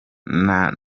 nta